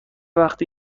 وقتی